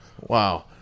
Wow